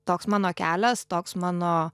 toks mano kelias toks mano